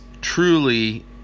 truly